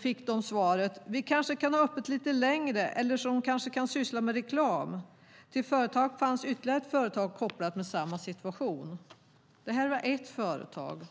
fick vi svaret: 'Vi kanske ska ha öppet lite längre eller de kanske ska syssla med reklam'. Till företaget fanns ytterligare ett företag kopplat med samma situation." Detta var ett företag.